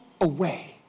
away